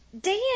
Dan